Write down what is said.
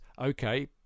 okay